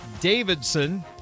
Davidson